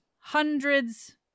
hundreds